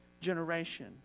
generation